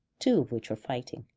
two of which were fighting.